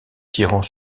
tirant